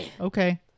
okay